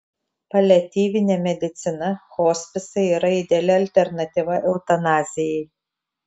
paliatyvinė medicina hospisai yra ideali alternatyva eutanazijai